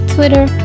Twitter